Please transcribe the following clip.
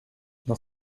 dans